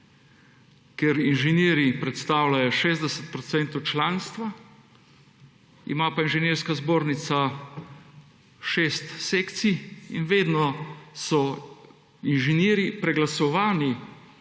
Ker inženirji predstavljajo 60 odstotkov članstva, ima pa Inženirska zbornica šest sekcij in vedno so inženirji preglasovani,